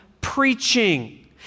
preaching